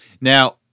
Now